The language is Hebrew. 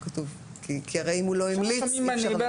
כי הרי אם הוא לא המליץ,